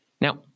Now